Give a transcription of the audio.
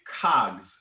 cogs